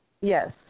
Yes